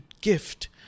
gift